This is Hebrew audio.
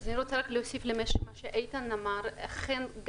אני רוצה להוסיף למה שאיתן אמר: אכן,